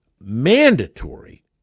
mandatory